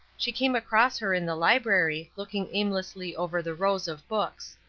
she came across her in the library, looking aimlessly over the rows of books.